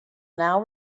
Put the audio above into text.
now